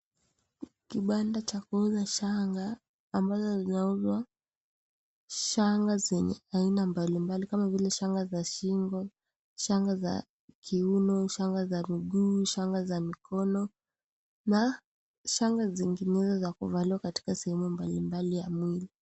Kipanda cha kuuza shanga, ambazo zinauzwa. Shanga zenye aina mbalimbali kama vile shanga za shingo, shanga za kiuno, shanga za miguu, shanga za mikono na shanga zinginezo za kuvalia katika sehemu mbalimbali ya mwili.